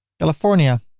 california